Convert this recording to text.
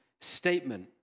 statement